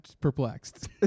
perplexed